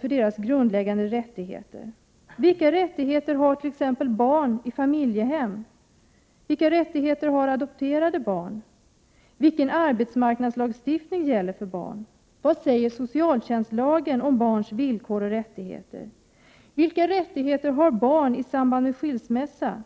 deras grundläggande rättigheter. Vilka rättigheter har t.ex. barn i familjedaghem? Vilka rättigheter har adopterade barn? Vilken arbetsmarknadslagstiftning gäller för barn? Vad säger socialtjänstlagen om barns villkor och rättigheter? Vilka rättigheter har barn i samband med skilsmässa?